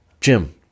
jim